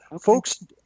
Folks